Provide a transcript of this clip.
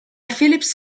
philips